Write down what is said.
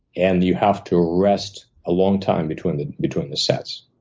and you have to rest a long time between the between the sets.